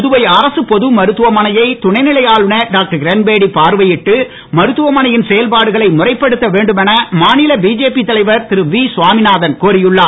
புதுவை அரசுப் பொது மருத்துவமனையை துணைநிலை ஆளுநர் டாக்டர் கிரண்பேடி பார்வையிட்டு மருத்துவமனையின் செயல்பாடுகளை முறைப்படுத்த வேண்டும் என மாநில பிஜேபி தலைவர் திருவி சுவாமிநாதன் கோரியுள்ளார்